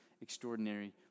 extraordinary